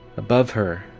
above her,